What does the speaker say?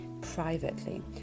privately